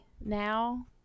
now